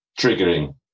triggering